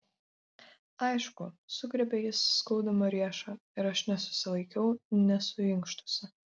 aišku sugriebė jis skaudamą riešą ir aš nesusilaikiau nesuinkštusi